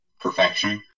perfection